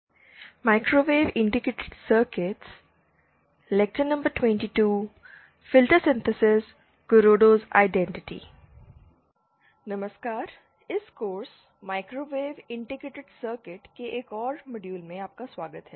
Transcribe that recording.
नमस्कार इस course microwave integrated circuit के एक और मॉड्यूल में आपका स्वागत है